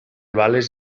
bales